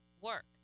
work